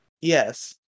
Yes